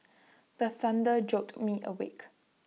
the thunder jolt me awake